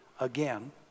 again